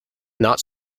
not